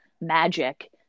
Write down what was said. magic